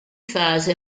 fase